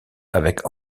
avec